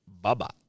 Bye-bye